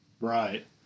Right